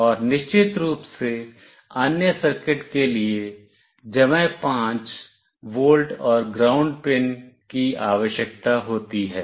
और निश्चित रूप से अन्य सर्किट के लिए 5 वोल्ट और ग्राउंड पिन की आवश्यकता होती है